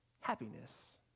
happiness